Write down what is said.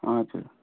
हजुर